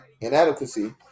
Inadequacy